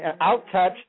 Outtouch